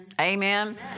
Amen